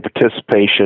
participation